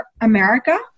America